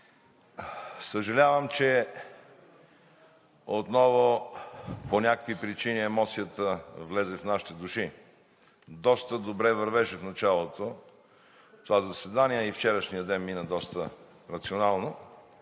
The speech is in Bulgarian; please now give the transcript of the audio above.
Съжалявам, че отново по някакви причини емоцията влезе в нашите души. Доста добре вървеше в началото това заседание, а и вчерашният ден мина доста рационално